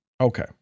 Okay